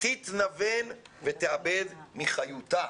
תתנוון ותאבד מחיותה.